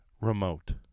remote